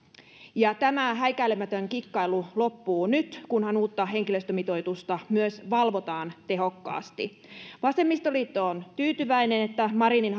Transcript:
ja tämä häikäilemätön kikkailu loppuu nyt kunhan uutta henkilöstömitoitusta myös valvotaan tehokkaasti vasemmistoliitto on tyytyväinen että marinin